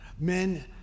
Men